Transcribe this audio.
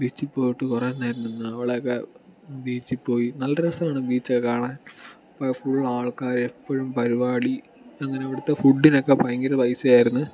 ബീച്ചിൽ പോയിട്ട് കുറെ നേരം നിന്ന് അവിടെ ഒക്കെ ബീച്ചിൽ പോയി നല്ല രസമാണ് ബീച്ചൊക്കെ കാണാൻ ഫുൾ ആൾക്കാർ എപ്പോഴും പരുപാടി അങ്ങനെ ഇവിടുത്തെ ഫുഡിന് ഒക്കെ ഭയങ്കര പൈസയായിരുന്നു